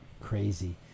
Crazy